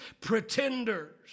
pretenders